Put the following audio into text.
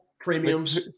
premiums